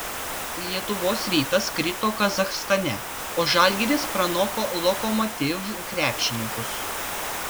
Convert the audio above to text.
lietuvos rytas krito kazachstane o žalgiris pranoko lokomotiv krepšininkus